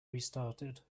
restarted